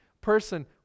person